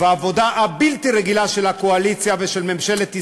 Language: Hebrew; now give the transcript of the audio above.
והעבודה הבלתי-רגילה של הקואליציה ושל ממשלת ישראל,